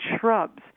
shrubs